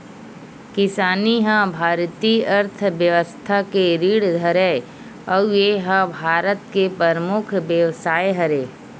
किसानी ह भारतीय अर्थबेवस्था के रीढ़ हरय अउ ए ह भारत के परमुख बेवसाय हरय